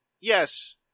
yes